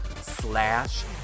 slash